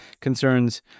concerns